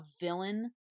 villain